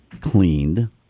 cleaned